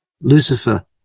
Lucifer